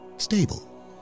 stable